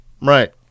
Right